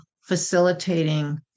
facilitating